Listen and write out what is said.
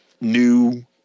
new